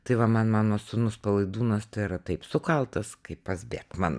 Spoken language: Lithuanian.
tai va man mano sūnus palaidūnas tai yra taip sukaltas kaip pas bėkmaną